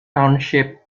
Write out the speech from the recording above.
township